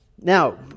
Now